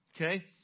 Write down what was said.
Okay